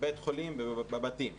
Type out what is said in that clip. בבתי החולים ובבתים.